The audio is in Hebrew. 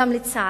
לצערי,